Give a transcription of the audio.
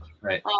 Right